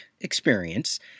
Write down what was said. experience